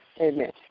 Amen